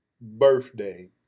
birthday